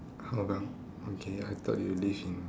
Hougang okay I thought you live in